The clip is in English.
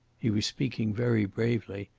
he was speaking very bravely.